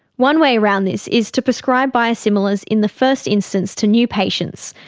one way around this is to prescribe biosimilars in the first instance to new patients,